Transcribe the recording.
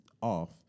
off